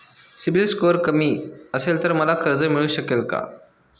CIBIL score कमी असेल तर मला कर्ज मिळू शकेल का?